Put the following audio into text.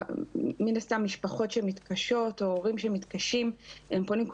מן הסתם משפחות שמתקשות או הורים שמתקשים פונים,